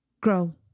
grow